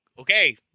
okay